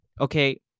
Okay